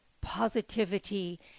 positivity